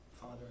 Father